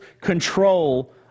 control